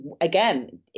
Again